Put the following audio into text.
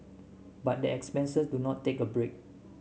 but the expenses do not take a break